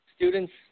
Students